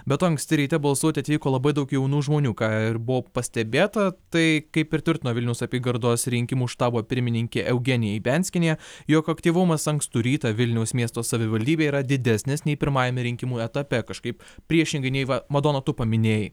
be to anksti ryte balsuoti atvyko labai daug jaunų žmonių ką ir buvo pastebėta tai kaip ir tvirtino vilniaus apygardos rinkimų štabo pirmininkė eugenija ibianskienė jog aktyvumas ankstų rytą vilniaus miesto savivaldybėje yra didesnis nei pirmajame rinkimų etape kažkaip priešingai nei va madona tu paminėjai